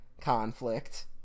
conflict